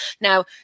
Now